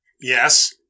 Yes